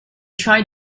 tried